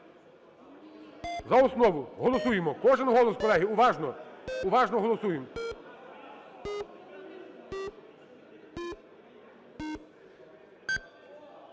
колеги. Голосуємо. Кожен голос, колеги. Уважно. Уважно голосуємо.